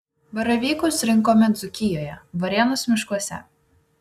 baravykus rinkome dzūkijoje varėnos miškuose